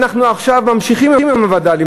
אנחנו עכשיו ממשיכים עם הווד"לים.